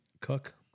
Cook